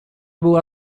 była